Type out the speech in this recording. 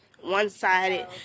one-sided